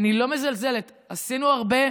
אני לא מזלזלת, עשינו הרבה.